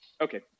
Okay